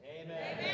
Amen